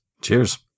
Cheers